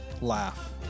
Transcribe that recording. laugh